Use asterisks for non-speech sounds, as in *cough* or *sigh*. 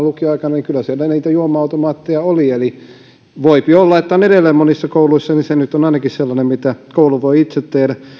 *unintelligible* lukioaikanani siellä niitä juoma automaatteja oli voipi olla että on edelleen monissa kouluissa niin että se nyt on ainakin sellainen mitä koulu voi itse tehdä